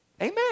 Amen